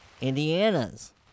Indiana's